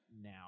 Now